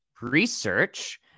research